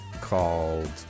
called